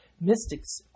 mystics